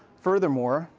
furthermore,